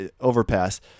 overpass